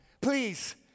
please